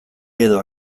edo